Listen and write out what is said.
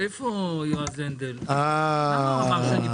בבסיס תקציב או בשינויים